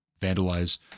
vandalize